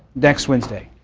next wednesday.